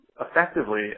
effectively